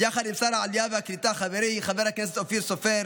יחד עם שר העלייה והקליטה חברי חבר הכנסת אופיר סופר